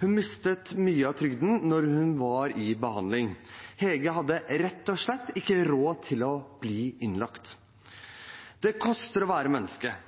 Hun mistet mye av trygden mens hun var i behandling. Hege hadde rett og slett ikke råd til å være innlagt. Det koster å være menneske,